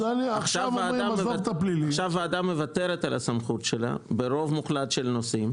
עכשיו הוועדה מוותרת על סמכותה ברוב מוחלט של נושאים